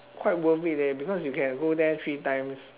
quite worth it leh because you can go there three times